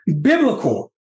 biblical